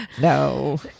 No